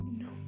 no